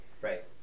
Right